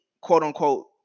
quote-unquote